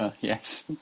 Yes